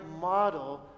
model